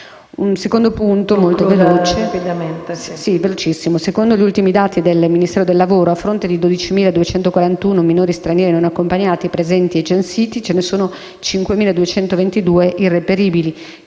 In secondo luogo, secondo gli ultimi dati del Ministero del lavoro, a fronte di 12.241 minori stranieri non accompagnati presenti e censiti, ce ne sono 5.222 irreperibili.